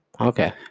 Okay